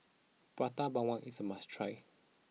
Prata Bawang is a must try